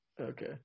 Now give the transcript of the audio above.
Okay